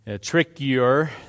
trickier